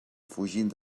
fugint